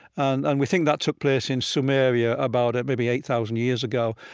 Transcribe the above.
and and we think that took place in sumeria about maybe eight thousand years ago.